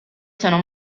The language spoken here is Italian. sono